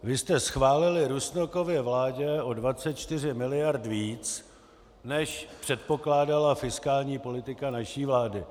Vy jste schválili Rusnokově vládě o 24 mld. víc, než předpokládala fiskální politika naší vlády.